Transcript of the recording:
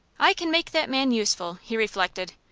i can make that man useful! he reflected.